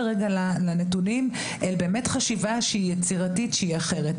לנתונים אל חשיבה שהיא יצירתית שהיא אחרת.